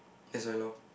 that's why lor